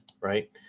right